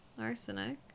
arsenic